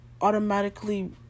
automatically